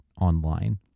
online